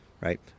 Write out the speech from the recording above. right